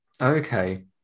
Okay